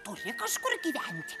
turi kažkur gyventi